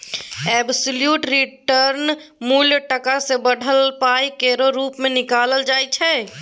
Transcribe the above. absolute return मुल टका सँ बढ़ल पाइ केर रुप मे निकालल जाइ छै